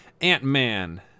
Ant-Man